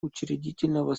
учредительного